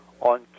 on